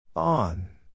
On